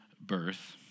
birth